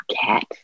cat